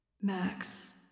Max